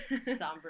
somber